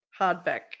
hardback